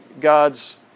God's